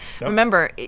Remember